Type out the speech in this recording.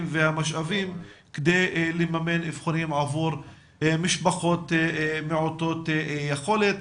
והמשאבים כדי לממן אבחונים עבור משפחות מעוטות יכולת.